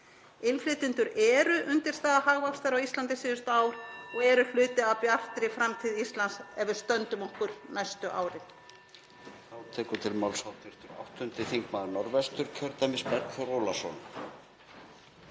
Innflytjendur eru undirstaða hagvaxtar á Íslandi síðustu ár og eru hluti af bjartri framtíð Íslands ef við stöndum okkur næstu árin.